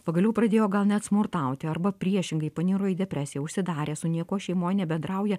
pagaliau pradėjo gal net smurtauti arba priešingai paniro į depresiją užsidarė su niekuo šeimoj nebendrauja